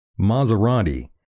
Maserati